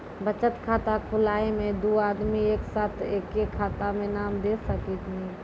बचत खाता खुलाए मे दू आदमी एक साथ एके खाता मे नाम दे सकी नी?